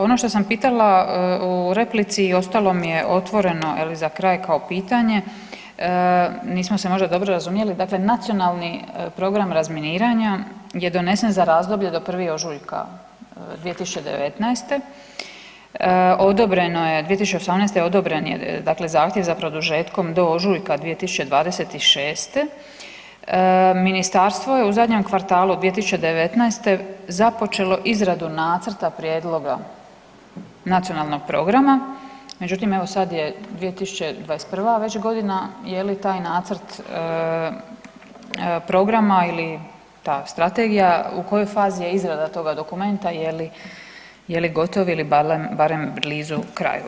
Ono što sam pitala u replici ostalo mi je otvoreno za kraj kao pitanje, nismo se možda dobro razumjeli, dakle Nacionalni program razminiranja je donesen za razdoblje do 1. ožujka 2019., 2018. odobren je zahtjev za produžetkom do ožujka 2026., ministarstvo je u zadnjem kvartalu 2019. započelo izradu nacrta prijedloga nacionalnog programa, međutim evo sad je 2021. već godina, je li taj nacrt programa ili ta strategija u kojoj fazi je izrada toga dokumenta i je li gotov ili barem blizu kraju?